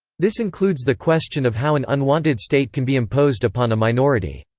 this includes the question of how an unwanted state can be imposed upon a minority.